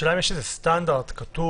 השאלה אם יש איזה סטנדרט כתוב,